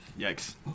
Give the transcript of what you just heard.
Yikes